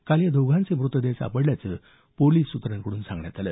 काल या दोघांचे मृतदेह सापडल्याचं पोलिसांकड्रन सांगण्यात आलं